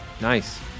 Nice